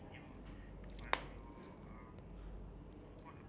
ya so hopefully N_S I get to S_C_D_F lah